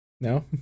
No